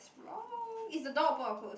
wrong is the door open or closed